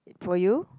for you